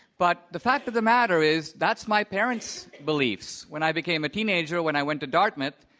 but the fact of the matter is that's my parents' beliefs. when i became a teenager, when i went to dartmouth,